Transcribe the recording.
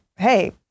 hey